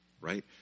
right